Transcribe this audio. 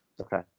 Okay